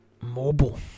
mobile